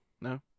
no